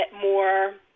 more